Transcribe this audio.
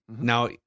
Now